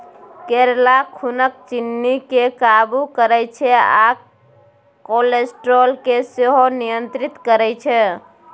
करेला खुनक चिन्नी केँ काबु करय छै आ कोलेस्ट्रोल केँ सेहो नियंत्रित करय छै